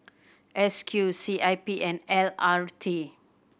S Q C I P and L R T